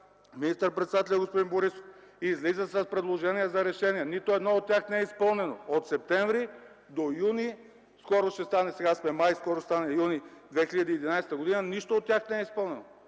министър-председателя господин Борисов, излиза с предложения за решения. Нито едно от тях не е изпълнено от септември, сега сме май, скоро ще стане юни 2011 г. Нищо от тях не е изпълнено!